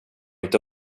inte